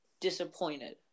disappointed